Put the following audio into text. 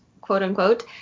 quote-unquote